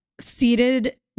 seated